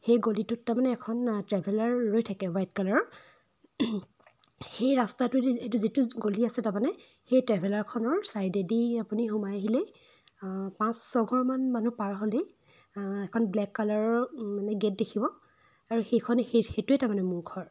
সেই গলিটোত তাৰমানে এখন ট্ৰেভেলাৰ ৰৈ থাকে হোৱাইট কালাৰৰ সেই ৰাস্তাটোৱেদি এইটো যিটো গলি আছে তাৰমানে সেই ট্ৰেভেলাৰখনৰ ছাইডেদি আপুনি সোমাই আহিলেই পাঁচ ছয়ঘৰ মান মানুহ পাৰ হ'লেই এখন ব্লে'ক কালাৰৰ মানে গে'ট দেখিব আৰু সেইখন সেইটোৱে তাৰমানে মোৰ ঘৰ